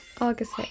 August